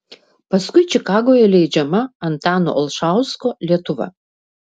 paskui čikagoje leidžiama antano olšausko lietuva